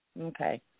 Okay